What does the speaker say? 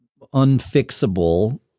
unfixable